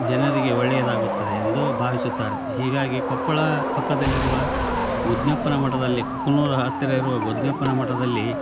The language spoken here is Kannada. ಜನರಿಗೆ ಒಳ್ಳೆಯದಾಗುತ್ತದೆ ಎಂದು ಭಾವಿಸುತ್ತಾರೆ ಹೀಗಾಗಿ ಕೊಪ್ಪಳ ಪಕ್ಕದಲ್ಲಿರುವ ಉದ್ನ್ಯಪ್ಪನ ಮಠದಲ್ಲಿ ಕುನೂರು ಹತ್ತಿರ ಇರುವ ಉದ್ನ್ಯಪ್ಪನ ಮಠದಲ್ಲಿ